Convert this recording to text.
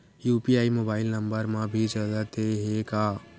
UPI mobile number मा भी चलते हे का?